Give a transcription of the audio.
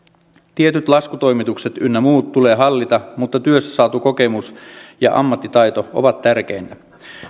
tietyt laskutoimitukset ynnä muut tulee hallita mutta työssä saatu kokemus ja ammattitaito ovat tärkeintä